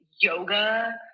yoga